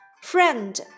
Friend